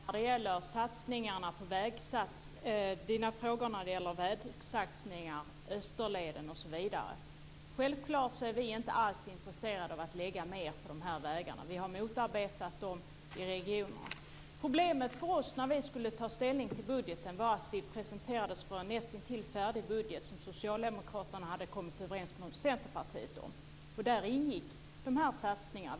Fru talman! Jag skall lugna Sven Bergström när det gäller hans frågor om vägsatsningar, Österleden osv. Självfallet är vi inte intresserade av att lägga mer pengar på vägarna. Vi har motarbetat dem i regionerna. Problemet för oss när vi skulle ta ställning till budgeten var att vi fick presenterat för oss en näst intill färdig budget som Socialdemokraterna hade kommit överens om med Centerpartiet. Där ingick dessa satsningar.